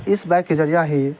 اس bike کے ذریعہ ہی